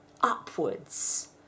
upwards